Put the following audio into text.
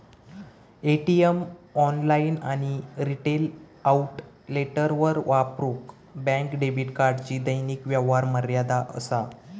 ATM, online आणि retail आउटलेटवर वापरूक बँक डेबिट कार्डची दैनिक व्यवहार मर्यादा असा